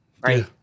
right